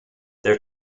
their